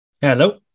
Hello